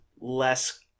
less